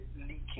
leaking